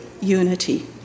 unity